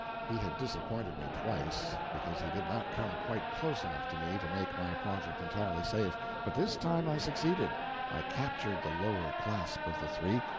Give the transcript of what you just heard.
he had disappointed me twice, because he did not come quite close enough to me to make my project entirely safe but this time i succeeded i captured the lower clasp of the three,